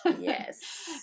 Yes